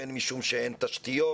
בין משום שאין תשתיות.